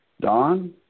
Don